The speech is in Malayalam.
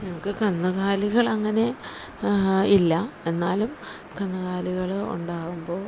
ഞങ്ങള്ക്കു കന്നുകാലികളങ്ങനെ ഇല്ല എന്നാലും കന്നുകാലികള് ഉണ്ടാകുമ്പോൾ